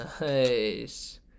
Nice